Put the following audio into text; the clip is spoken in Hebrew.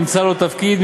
נמצא לו תפקיד,